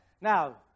now